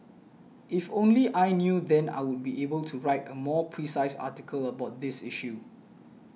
if only I knew then I would be able to write a more precise article about this issue